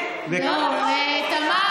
תמר,